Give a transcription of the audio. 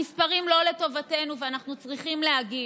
המספרים לא לטובתנו ואנחנו צריכים להגיב.